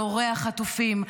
להורי החטופים,